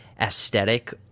aesthetic